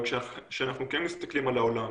אבל כשאנחנו כן מסתכלים על העולם,